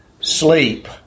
sleep